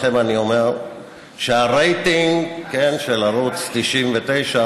לכם אני אומר שהרייטינג של ערוץ 99,